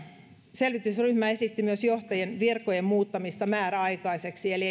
selvitysryhmä esitti myös johtajien virkojen muuttamista määräaikaisiksi eli